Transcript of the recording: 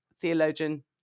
theologian